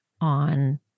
on